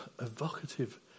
evocative